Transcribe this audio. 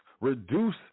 reduce